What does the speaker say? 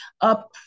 up